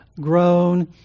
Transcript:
grown